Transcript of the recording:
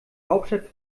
hauptstadt